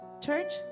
church